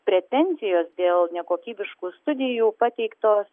pretenzijos dėl nekokybiškų studijų pateiktos